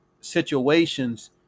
situations